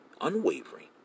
Unwavering